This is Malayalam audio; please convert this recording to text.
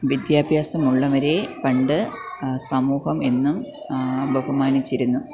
വിദ്യാഭ്യാസമുള്ളവരെ പണ്ട് സമൂഹം എന്നും ബഹുമാനിച്ചിരുന്നു